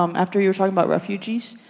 um after you were talking about refugees,